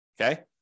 Okay